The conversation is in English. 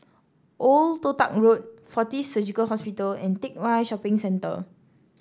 Old Toh Tuck Road Fortis Surgical Hospital and Teck Whye Shopping Centre